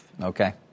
Okay